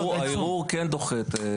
הערעור כן דוחה את תשלום הקנס.